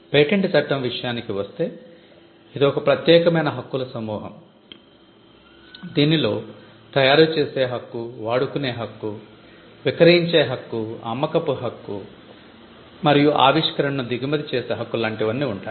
patent చట్టం విషయానికి వస్తే ఇదో ప్రత్యేకమైన హక్కుల సమూహం దీనిలో తయారు చేసే హక్కు వాడుకునే హక్కు విక్రయించే హక్కు అమ్మకపు హక్కు మరియు ఆవిష్కరణను దిగుమతి చేసే హక్కు లాంటివన్నీ ఉంటాయి